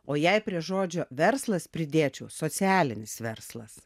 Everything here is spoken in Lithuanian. o jei prie žodžio verslas pridėčiau socialinis verslas